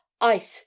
ice